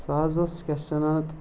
سُہ حظ اوس کیٛاہ چھِ وَنان اَتھ